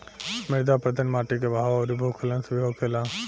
मृदा अपरदन माटी के बहाव अउरी भूखलन से भी होखेला